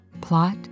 plot